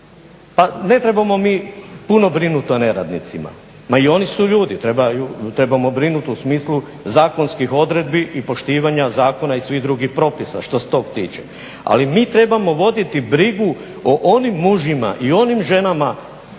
pa ne trebamo mi puno brinut o neradnicima. Ma i oni su ljudi, trebamo brinut u smislu zakonskih odredbi i poštivanja zakona i svih drugih propisa što se toga tiče. Ali mi trebamo voditi brigu o onim muževima i onim ženama